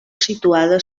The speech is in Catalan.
situada